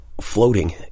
floating